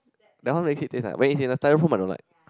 that one make it taste like when it's in the Styrofoam I don't like